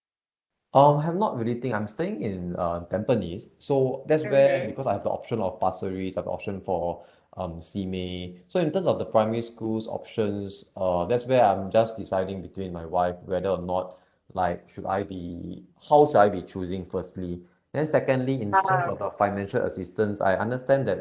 uh have not really think I'm staying in uh tampines so that's where because I have the option of pasir ris I got option for um simei so in terms of the primary schools options uh that's where I'm just deciding between my wife whether or not like should I be how should I be choosing firstly then secondly in terms of the financial assistance I understand that